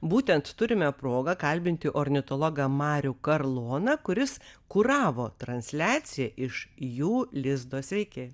būtent turime progą kalbinti ornitologą marių karloną kuris kuravo transliaciją iš jų lizdo sveiki